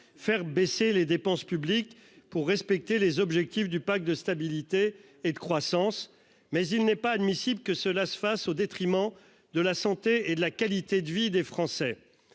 faire baisser les dépenses publiques pour respecter les objectifs du pacte de stabilité et de croissance mais il n'est pas admissible que cela se fasse au détriment de la santé et de la qualité de vie des Français.